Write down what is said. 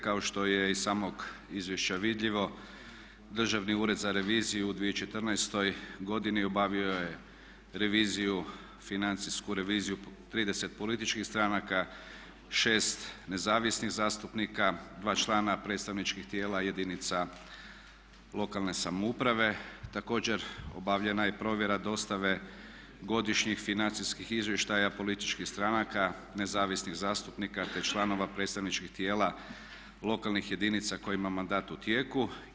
Kao što je iz samog izvješća vidljivo Državni ured za reviziju u 2014. godini obavio je financijsku reviziju 30 političkih stranaka, 6 nezavisnih zastupnika, 2 člana predstavničkih tijela jedinica lokalne samouprave, također obavljena je provjera dostave godišnjih financijskih izvještaja političkih stranaka, nezavisnih zastupnika te članova predstavničkih tijela lokalnih jedinica kojima je mandat u tijeku.